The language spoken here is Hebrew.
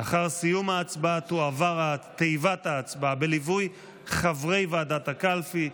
לאחר סיום ההצבעה תועבר תיבת ההצבעה בליווי חברי ועדת הקלפי,